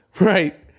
Right